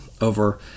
over